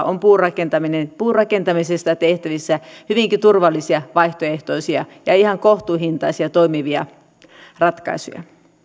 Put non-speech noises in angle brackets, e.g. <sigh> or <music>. <unintelligible> on puurakentamisesta tehtävissä hyvinkin turvallisia vaihtoehtoisia ja ihan kohtuuhintaisia toimivia ratkaisuja